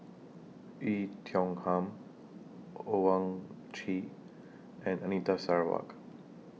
Oei Tiong Ham Owyang Chi and Anita Sarawak